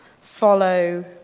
follow